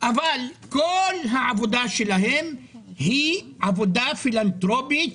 אבל כל העבודה שלהם היא עבודה פילנטרופית